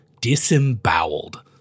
disemboweled